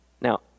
Now